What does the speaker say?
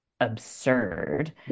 absurd